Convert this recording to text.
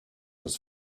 was